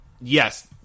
yes